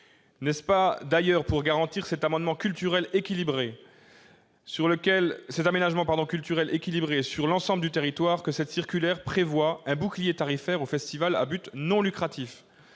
N'est-ce pas d'ailleurs pour garantir cet aménagement culturel équilibré, sur l'ensemble du territoire, que cette circulaire prévoit un bouclier tarifaire pour les festivals à but non lucratif ?